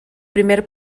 primer